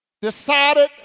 decided